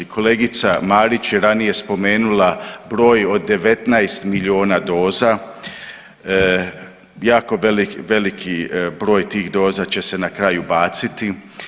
Kolegica Marić je ranije spomenula broj od 19 miliona doza, jako veliki broj tih doza će se na kraju baciti.